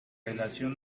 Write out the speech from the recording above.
relación